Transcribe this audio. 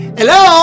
Hello